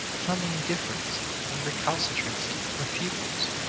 but on the indifference and recalcitrancy of pupils.